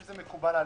אם זה מקובל עליהם,